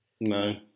no